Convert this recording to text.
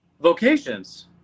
Vocations